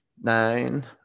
nine